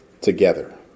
together